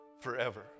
forever